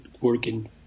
working